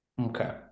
okay